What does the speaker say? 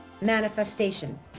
manifestation